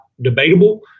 debatable